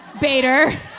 Bader